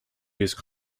use